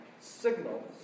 signals